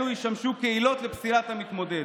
אלו ישמשו כעילות לפסילת המתמודד.